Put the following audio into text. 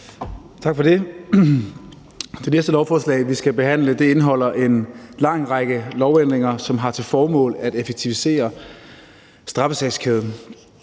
Tak for det. Det lovforslag, vi skal behandle her, indeholder en lang række lovændringer, som har til formål at effektivisere straffesagskæden.